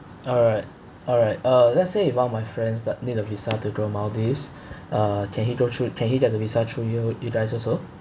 alright alright uh let's say if one of my friends that need a visa to go maldives uh can he go through can he get a visa through you you guys also